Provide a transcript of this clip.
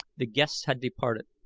the guests had departed.